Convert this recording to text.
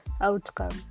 outcome